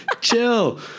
Chill